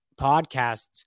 podcasts